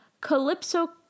Calypso